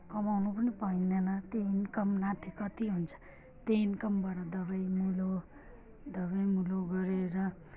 कमाउनु पनि पाइँदैन त्यो इन्कम नाथे कति हुन्छ त्यो इन्कमबाट दबाईमुलो दबाईमुलो गरेर